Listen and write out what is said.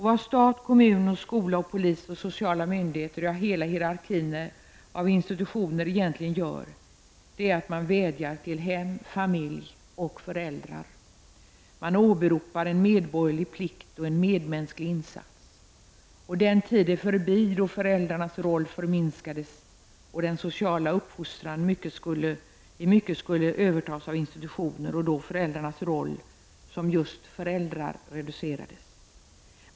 Vad stat, kommun, skola, polis, sociala myndigheter, ja, hela hierarkin av institutioner egentligen gör är att man vädjar till hem, familj och föräldrar. Man åberopar en medborgerlig plikt och en medmänsklig insats. Den tiden är förbi då föräldrarnas roll förminskades och den sociala uppfostran i mycket skulle övertas av institutioner och då föräldrarnas roll som just föräldrar reducerades.